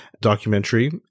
documentary